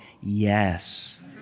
Yes